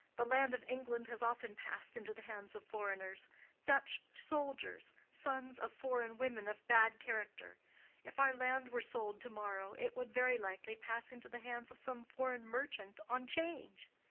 the land of england has often passed into the hands of foreigners dutch soldiers, sons of foreign women of bad character if our land were sold to-morrow it would very likely pass into the hands of some foreign merchant on change.